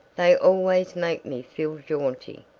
they always make me feel jaunty.